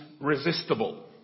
resistible